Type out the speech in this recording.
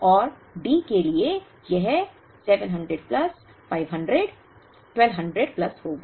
और डी के लिए यह 700 प्लस 500 1200 प्लस होगा